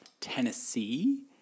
Tennessee